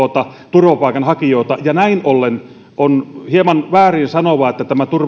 turvapaikanhakijoita ja näin ollen on hieman väärin sanoa että tämä